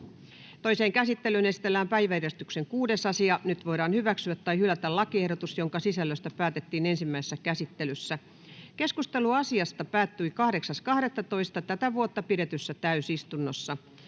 Toiseen käsittelyyn esitellään päiväjärjestyksen 17. asia. Nyt voidaan hyväksyä tai hylätä lakiehdotus, jonka sisällöstä päätettiin ensimmäisessä käsittelyssä. — Keskustelu, edustaja Suhonen, olkaa hyvä.